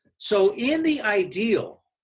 so in the ideal,